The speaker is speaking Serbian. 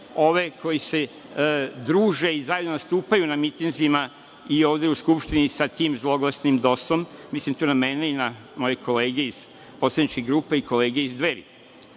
ove koji se druže i zajedno nastupaju na mitinzima i ovde u Skupštini sa tim zloglasnim DOS-om. Mislim tu na mene i na moje kolege iz poslaničke grupe i kolege iz